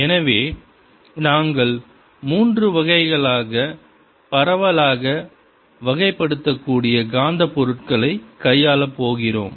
எனவே நாங்கள் மூன்று வகைகளாக பரவலாக வகைப்படுத்தக்கூடிய காந்தப் பொருட்களைக் கையாளப் போகிறோம்